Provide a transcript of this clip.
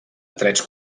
trets